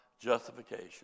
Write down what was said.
justification